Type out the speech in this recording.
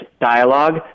Dialogue